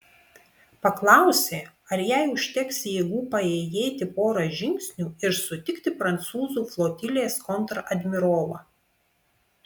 paklausė ar jai užteks jėgų paėjėti porą žingsnių ir sutikti prancūzų flotilės kontradmirolą